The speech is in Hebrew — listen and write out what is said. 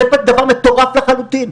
זה דבר מטורף לחלוטין.